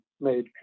made